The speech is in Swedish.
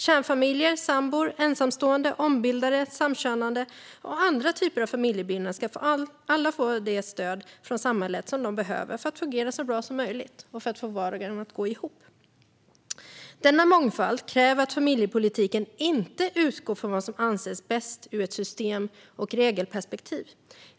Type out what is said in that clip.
Kärnfamiljer, sambor, ensamstående, ombildade, samkönade och andra typer av familjebildningar ska alla få det stöd från samhället som de behöver för att fungera så bra som möjligt och för att få vardagen att gå ihop. Denna mångfald kräver att familjepolitiken inte utgår från vad som anses bäst ur ett system och regelperspektiv.